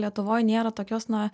lietuvoj nėra tokios na